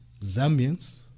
Zambians